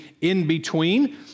in-between